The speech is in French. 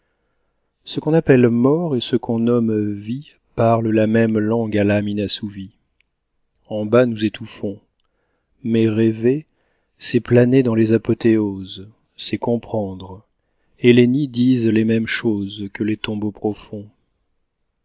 ce qu'on appelle mort et ce qu'on nomme vie parle la même langue à l'âme inassouvie en bas nous étouffons mais rêver c'est planer dans les apothéoses c'est comprendre et les nids disent les mêmes choses que les tombeaux profonds